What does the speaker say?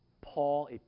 Paul